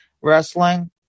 wrestling